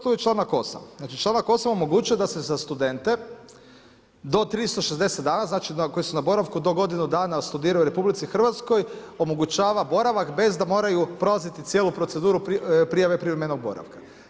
To je članak 8., znači članak 8. omogućuje da se za studente do 360 dana, znači koji su na boravku do godinu dana studiraju u RH, omogućava boravak bez da moraju prolaziti cijelu proceduru prijave privremenog boravka.